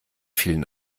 vielen